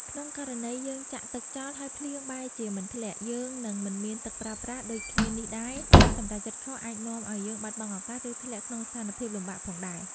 ក្នុងករណី យើងចាក់ទឹកចោលហើយភ្លៀងបែរជាមិនធ្លាក់ យើងនឹងមិនមានទឹកប្រើប្រាស់ ដូចគ្នានេះដែរ ការសម្រេចចិត្តខុសអាចនាំឲ្យយើងបាត់បង់ឱកាស ឬធ្លាក់ក្នុងស្ថានភាពលំបាកផងដែរ។